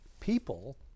people